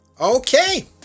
Okay